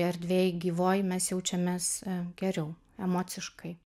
erdvėj gyvoj mes jaučiamės geriau emociškai